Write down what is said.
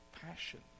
passion